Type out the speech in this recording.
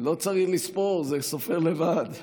לא צריך לספור, זה סופר לבד.